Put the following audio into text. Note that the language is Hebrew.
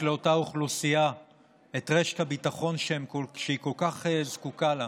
לאותה אוכלוסייה את רשת הביטחון שהיא כל כך זקוקה לה,